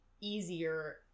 easier